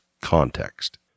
context